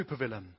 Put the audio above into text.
supervillain